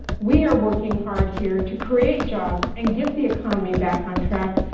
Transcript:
we are working hard here to create jobs and get the economy back on track,